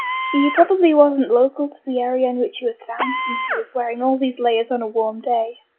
he probably wasn't local to the area in which he was found since he was wearing all these layers on a warm day.